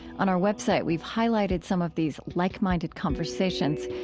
on our website, we've highlighted some of these like-minded conversations,